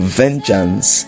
vengeance